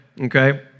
Okay